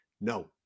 No